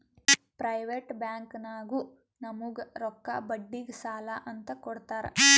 private ಬ್ಯಾಂಕ್ನಾಗು ನಮುಗ್ ರೊಕ್ಕಾ ಬಡ್ಡಿಗ್ ಸಾಲಾ ಅಂತ್ ಕೊಡ್ತಾರ್